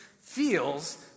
feels